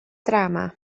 drama